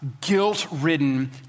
guilt-ridden